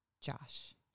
Josh